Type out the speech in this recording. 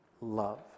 love